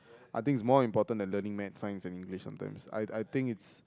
I think is more important than learning maths science and English sometimes I I think it's